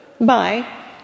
Bye